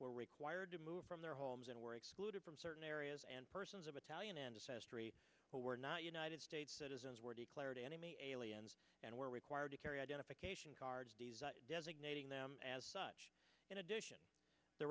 fired to move from their homes and were excluded from certain areas and persons of italian and assess tree but were not united states citizens were declared enemy aliens and were required to carry identification cards designating them as such in addition t